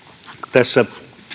tässä